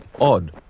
odd